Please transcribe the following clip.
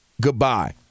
goodbye